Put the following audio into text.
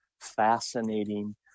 fascinating